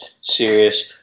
serious